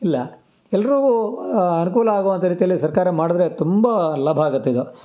ಇಲ್ಲ ಎಲ್ರಿಗೂ ಅನುಕೂಲ ಆಗುವಂಥ ರೀತಿಯಲ್ಲಿ ಸರ್ಕಾರ ಮಾಡಿದ್ರೆ ತುಂಬ ಲಾಭ ಆಗತ್ತಿದು